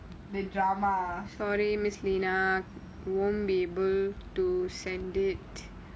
the drama